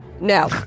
No